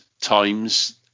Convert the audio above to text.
times